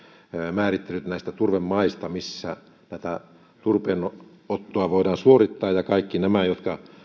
määrittelyt näistä turvemaista missä tätä turpeenottoa voidaan suorittaa kaikki nämä jotka